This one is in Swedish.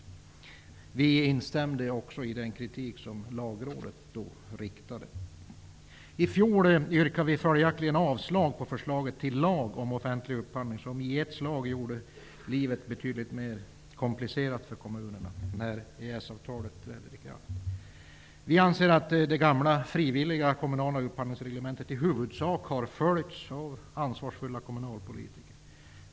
Vänsterpartiet instämde också i den kritik som lagrådet vid det tillfället riktade. I fjol yrkade Vänsterpartiet avslag på förslaget om lag avseende offentlig upphandling, en lag som i ett slag gör livet betydligt mer komplicerat för kommunerna när EES-avtalet träder i kraft. Vi anser att det gamla frivilliga kommunala upphandlingsreglementet i huvudsak har följts av ansvarsfulla kommunalpolitiker.